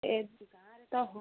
ଏଠି ଗାଁରେ ତ ହଉ